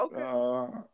okay